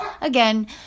again